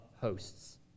hosts